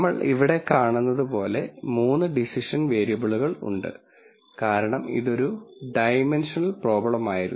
നമ്മൾ ഇവിടെ കാണുന്നതുപോലെ 3 ഡിസിഷൻ വേരിയബിളുകൾ ഉണ്ട് കാരണം ഇതൊരു ഡൈമൻഷണൽ പ്രോബ്ലമായിരുന്നു